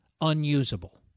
unusable